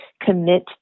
commit